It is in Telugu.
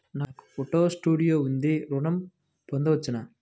నాకు ఫోటో స్టూడియో ఉంది ఋణం పొంద వచ్చునా?